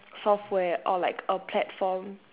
software or like a platform